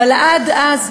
אבל עד אז,